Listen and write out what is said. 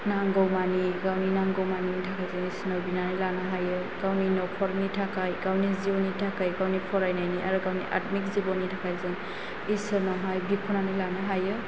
नांगौमानि गावनि नांगौमानि थाखाय जों इसोरनाव बिनानै लानो हायो गावनि न'खरनि थाखाय गावनि जिउनि थाखाय गावनि फरायनायनि आरो गावनि आटमिक जिबननि थाखाय जों इसोरनाव हाय बिख'नानै लानो हायो